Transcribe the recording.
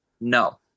No